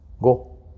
Go